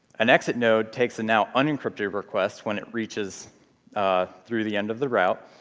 an exit node takes a now unencrypted request when it reaches through the end of the route,